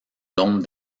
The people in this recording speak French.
zone